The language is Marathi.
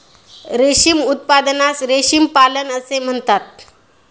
रेशीम उत्पादनास रेशीम पालन असे म्हणतात